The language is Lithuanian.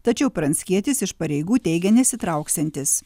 tačiau pranckietis iš pareigų teigia nesitrauksiantis